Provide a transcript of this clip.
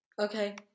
Okay